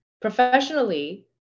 professionally